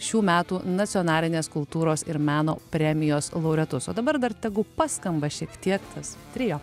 šių metų nacionalinės kultūros ir meno premijos laureatus o dabar dar tegu paskamba šiek tiek tas trio